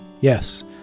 Yes